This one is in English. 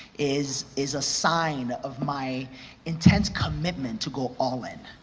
is is a sign of my intense commitment to go all-in,